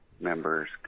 members